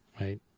Right